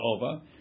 over